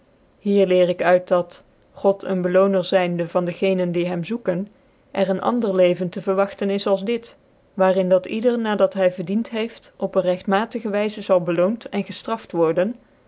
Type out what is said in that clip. hier leer ik uit dat god een bcloner zvnde van de genen die hem zoeken er een ander leven te vcrwagten is als dit waar in dat ieder na dat hy verdient heeft op een regtmatige wyzc zal beloont en geftraft worden